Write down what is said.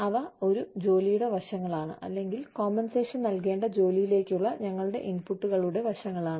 അവ ഒരു ജോലിയുടെ വശങ്ങളാണ് അല്ലെങ്കിൽ കോമ്പൻസേഷൻ നൽകേണ്ട ജോലിയിലേക്കുള്ള ഞങ്ങളുടെ ഇൻപുട്ടുകളുടെ വശങ്ങളാണ്